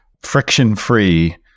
friction-free –